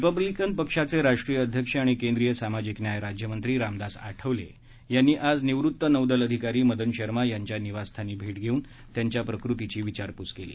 Republican पक्षाचे राष्ट्रीय अध्यक्ष आणि केंद्रीय सामाजिक न्याय राज्यमंत्री रामदास आठवले यांनी आज निवृत्त नौदल अधिकारी मदन शर्मा यांच्या निवास्थानी भेट घेऊन प्रकृतीची विचारपूस केली